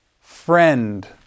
friend